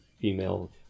female